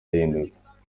ahinduka